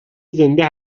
زنده